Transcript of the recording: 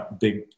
big